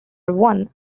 one